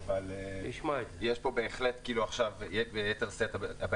הבעיה הזו קיימת עכשיו ביתר שאת.